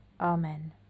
Amen